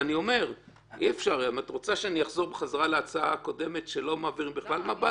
את רוצה שאני אחזור בחזרה להצעה הקודמת שלא מעבירים בכלל מב"דים?